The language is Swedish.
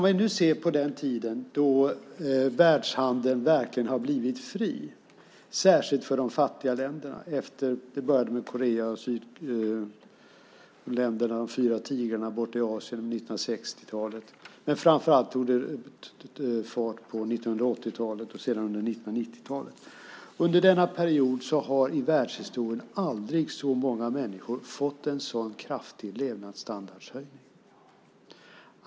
Vi kan se på den tid då världshandeln verkligen har blivit fri, särskilt för de fattiga länderna. Det började med Korea och de fyra tigrarna, länderna borta i Asien, på 1960-talet. Men framför allt tog det fart på 1980-talet och sedan under 1990-talet. Aldrig i världshistorien har så många människor fått en sådan kraftig höjning av levnadsstandarden som under denna period.